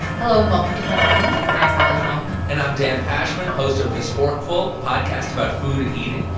hello, and welcome to planet money. i'm sally helm and i'm dan pashman, host of the sporkful, a podcast about food and eating.